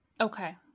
okay